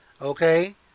Okay